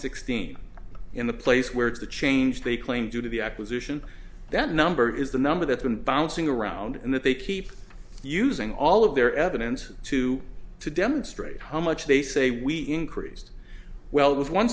sixteen in the place where it's the change they claim due to the acquisition that number is the number that's been bouncing around and that they keep using all of their evidence to to demonstrate how much they say we increased well it was one